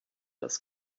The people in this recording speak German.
das